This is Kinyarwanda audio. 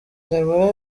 deborah